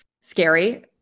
scary